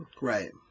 Right